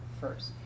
first